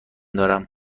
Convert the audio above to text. دارم